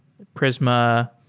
prisma,